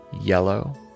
yellow